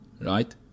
right